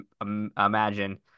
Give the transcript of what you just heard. imagine